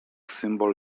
symbol